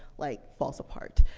like, falls apart.